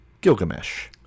Gilgamesh